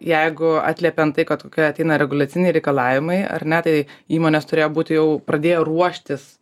jeigu atliepiant tai kad kokie ateina reguliaciniai reikalavimai ar ne tai įmonės turėjo būti jau pradėjo ruoštis